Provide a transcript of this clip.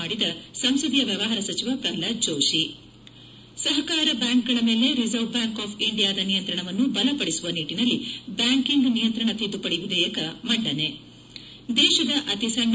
ಮಾಡಿದ ಸಂಸದೀಯ ವ್ಯವಹಾರ ಸಚಿವ ಪ್ರಹ್ಲಾದ್ ಜೋಷಿ ಸಹಕಾರ ಬ್ಬಾಂಕ್ಗಳ ಮೇಲೆ ರಿಸರ್ವ್ ಬ್ಬಾಂಕ್ ಆಫ್ ಇಂಡಿಯಾದ ನಿಯಂತ್ರಣವನ್ನು ಬಲಪಡಿಸುವ ನಿಟ್ಟಿನಲ್ಲಿ ಬ್ಬಾಂಕಿಂಗ್ ನಿಯಂತ್ರಣ ತಿದ್ದುಪಡಿ ವಿಧೇಯಕ ಮಂಡನೆ ದೇಶದ ಅತಿಸಣ್ಣ